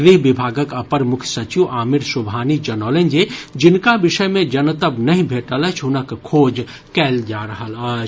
गृह विभागक अपर मुख्य सचिव आमिर सुबहानी जनौलनि जे जिनका विषय मे जनतब नहि भेटल अछि हुनक खोज कयल जा रहल अछि